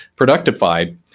productified